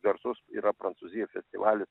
garsus yra prancūzijoj festivalis